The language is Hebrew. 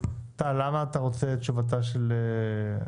למה אתה רוצה את תשובתה של ספיר?